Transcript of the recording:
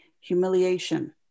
humiliation